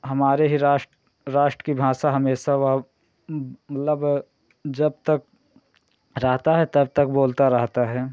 हमारे ही राष्ट्र राष्ट्र की भाषा हमें सब अब मतलब जब तक रहता है तब तक बोलता रहता है